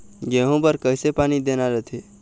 गेहूं बर कइसे पानी देना रथे?